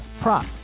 prop